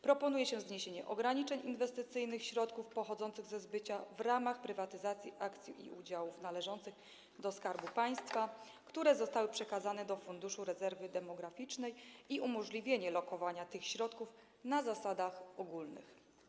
Proponuje się zniesienie ograniczeń inwestycyjnych dotyczących środków pochodzących ze zbycia w ramach prywatyzacji akcji i udziałów należących do Skarbu Państwa, które zostały przekazane do Funduszu Rezerwy Demograficznej, i umożliwienie lokowania tych środków na zasadach ogólnych.